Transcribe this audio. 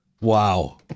wow